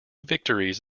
victories